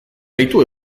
gaitu